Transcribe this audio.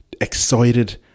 excited